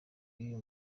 y’uyu